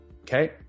okay